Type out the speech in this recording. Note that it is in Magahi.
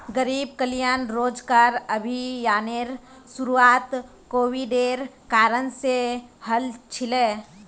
गरीब कल्याण रोजगार अभियानेर शुरुआत कोविडेर कारण से हल छिले